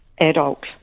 adult